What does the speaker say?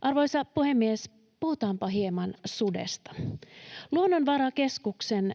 Arvoisa puhemies! Puhutaanpa hieman sudesta: Luonnonvarakeskuksen